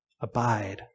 Abide